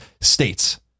states